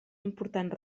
important